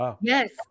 Yes